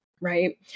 right